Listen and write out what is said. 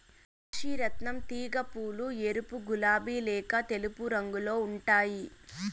కాశీ రత్నం తీగ పూలు ఎరుపు, గులాబి లేక తెలుపు రంగులో ఉంటాయి